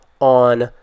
on